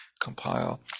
compile